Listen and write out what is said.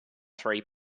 three